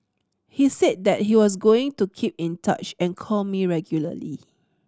he said that he was going to keep in touch and call me regularly